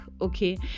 okay